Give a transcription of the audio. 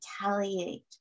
retaliate